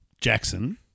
Jackson